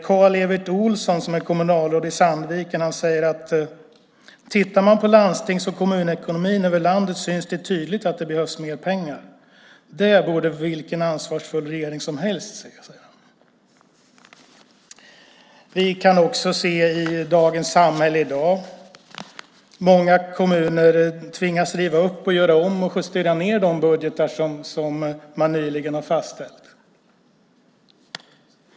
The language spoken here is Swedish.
Karl-Evert Olsson som är kommunalråd i Sandviken säger att om man tittar på landstings och kommunekonomin över landet syns det tydligt att det behövs mer pengar. Det borde vilken ansvarsfull regering som helst se, säger han. Vi kan också se i Dagens Samhälle i dag att många kommuner tvingas riva upp, göra om och justera ned de budgetar som man nyligen har fastställt.